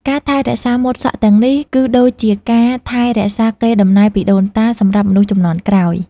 ការថែរក្សាម៉ូតសក់ទាំងនេះ គឺដូចជាការថែរក្សាកេរដំណែលពីដូនតាសម្រាប់មនុស្សជំនាន់ក្រោយ។